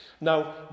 Now